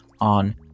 on